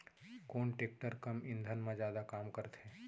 कोन टेकटर कम ईंधन मा जादा काम करथे?